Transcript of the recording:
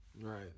Right